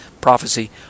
prophecy